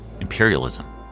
imperialism